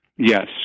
Yes